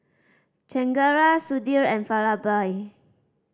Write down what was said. Chengara Sudhir and Vallabhbhai